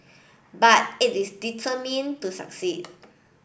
but it is determined to succeed